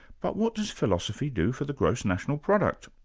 but what does philosophy do for the gross national product?